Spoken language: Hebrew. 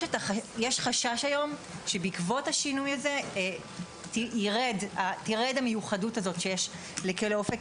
יש חשש היום שבעקבות השינוי הזה תרד המיוחדות הזאת שיש לכלא אופק,